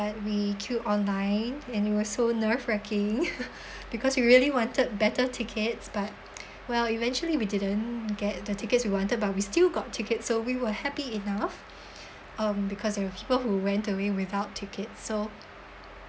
but we queued online and it was so nerve wrecking because we really wanted better tickets but well eventually we didn't get the tickets we wanted but we still got tickets so we were happy enough um because there were people who went away without tickets so